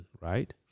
right